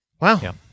Wow